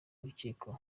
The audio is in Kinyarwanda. w’urukiko